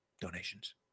Donations